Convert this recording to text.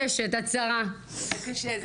אנחנו אומרים לעשות בדיקות.